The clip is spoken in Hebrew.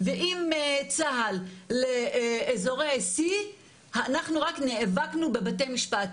ועם צה"ל לאיזורי C. אנחנו רק נאבקנו בבתי משפט.